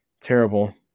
Terrible